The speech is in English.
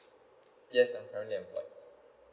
yes I'm currently employed